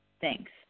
Thanks